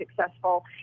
successful